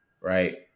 right